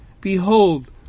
Behold